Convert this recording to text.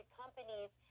companies